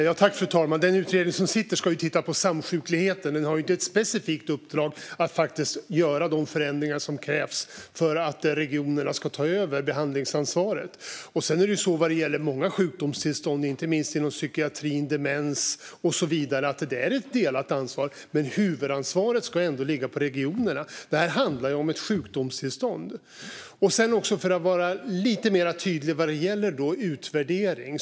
Fru talman! Den utredning som sitter ska titta på samsjukligheten. Den har inte ett specifikt uppdrag att faktiskt göra de förändringar som krävs för att regionerna ska ta över behandlingsansvaret. Sedan är det ett delat ansvar vad gäller många sjukdomstillstånd, inte minst inom psykiatrin. Det gäller demens och så vidare. Men huvudansvaret ska ändå ligga på regionerna. Det handlar om ett sjukdomstillstånd. Jag ska vara lite mer tydlig vad gäller utvärdering.